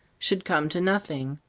should come to nothing.